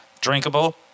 drinkable